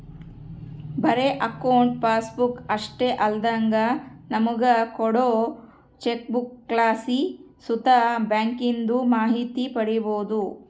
ಬರೇ account passbook ಅಷ್ಟೇ ಅಲ್ದಂಗ ನಮುಗ ಕೋಡೋ ಚೆಕ್ಬುಕ್ಲಾಸಿ ಸುತ ಬ್ಯಾಂಕಿಂದು ಮಾಹಿತಿ ಪಡೀಬೋದು